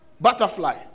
Butterfly